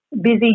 busy